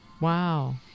Wow